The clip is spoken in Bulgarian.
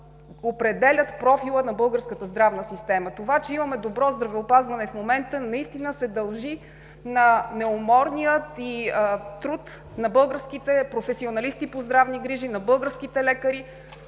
определят профила на българската здравна система. Това че в момента имаме добро здравеопазване се дължи на неуморния труд на българските професионалисти по здравни грижи, на българските лекари.